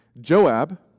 Joab